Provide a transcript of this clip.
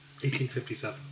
1857